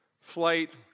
flight